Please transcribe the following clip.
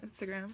Instagram